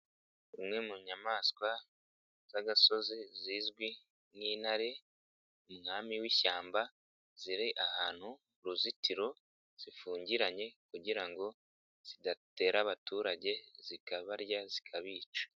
Imwe mu nyamaswa z'agasozi zizwi nk'intare, umwami w'ishyamba, ziri ahantu uruzitiro, zifungiranye kugira ngo zidatera abaturage zikabarya zikabica.